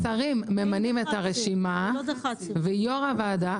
השרים ממנים את הרשימה ויו"ר הוועדה,